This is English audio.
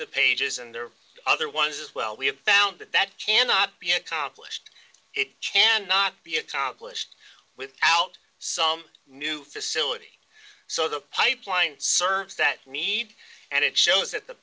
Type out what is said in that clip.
the pages and there are other ones as well we have found that that cannot be accomplished it cannot be accomplished without some new facility so the pipeline serves that need and it shows that the